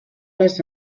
les